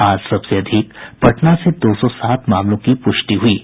आज सबसे अधिक पटना से दो सौ सात मामलों की पुष्टि हुई है